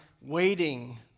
waiting